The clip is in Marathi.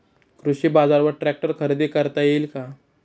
कृषी बाजारवर ट्रॅक्टर खरेदी करता येईल का?